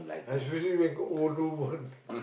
especially if got older ones